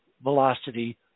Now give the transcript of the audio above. velocity